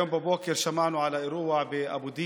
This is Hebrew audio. היום בבוקר שמענו על האירוע באבו דיס.